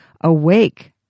awake